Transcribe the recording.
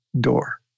door